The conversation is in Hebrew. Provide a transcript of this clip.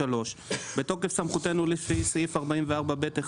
בתוקף סמכותנו לפי סעיף 44(ב)(1),